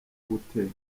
guteka